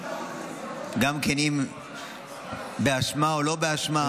אם באשמה או שלא באשמה.